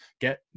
get